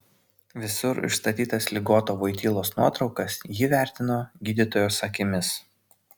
visur išstatytas ligoto voitylos nuotraukas ji vertino gydytojos akimis